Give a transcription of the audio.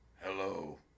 Hello